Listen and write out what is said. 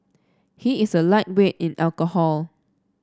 he is a lightweight in alcohol